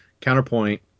Counterpoint